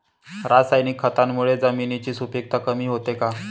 रासायनिक खतांमुळे जमिनीची सुपिकता कमी होते का?